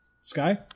Sky